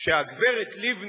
שהגברת לבני